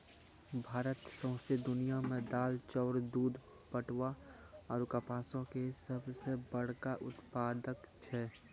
भारत सौंसे दुनिया मे दाल, चाउर, दूध, पटवा आरु कपासो के सभ से बड़का उत्पादक छै